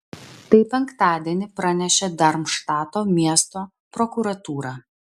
tai penktadienį pranešė darmštato miesto prokuratūra